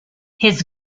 his